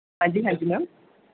ਹਾਂਜੀ ਹਾਂਜੀ ਮੈਮ